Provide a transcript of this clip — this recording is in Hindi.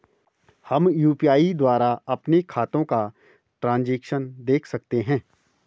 हम यु.पी.आई द्वारा अपने खातों का ट्रैन्ज़ैक्शन देख सकते हैं?